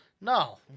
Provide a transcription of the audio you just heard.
No